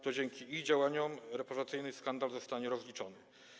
To dzięki ich działaniom reprywatyzacyjny skandal zostanie rozliczony.